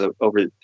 over